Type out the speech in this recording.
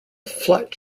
flat